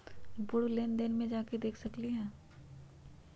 पूर्व लेन देन में जाके देखसकली ह?